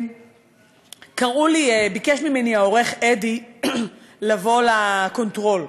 ביקש ממני העורך אדי לבוא לקונטרול.